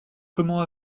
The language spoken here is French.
comment